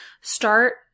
start